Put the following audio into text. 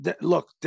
look